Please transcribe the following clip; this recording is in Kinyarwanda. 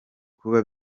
kuba